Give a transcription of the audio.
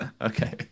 Okay